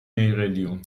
نیقلیون